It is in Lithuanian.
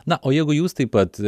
na o jeigu jūs taip pat